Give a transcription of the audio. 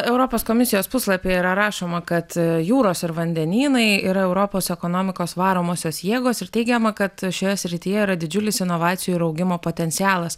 europos komisijos puslapyje yra rašoma kad jūros ir vandenynai yra europos ekonomikos varomosios jėgos ir teigiama kad šioje srityje yra didžiulis inovacijų ir augimo potencialas